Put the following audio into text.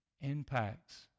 impacts